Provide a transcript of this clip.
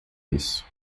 isso